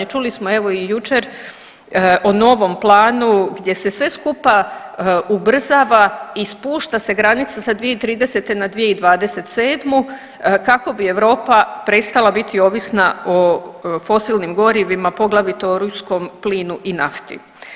Čuli smo evo i jučer o novom planu gdje se sve skupa ubrzava i spušta se granica sa 2030. na 2027. kako bi Europa prestala biti ovisna o fosilnim gorivima, poglavito o ruskom plinu i nafti.